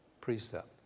precept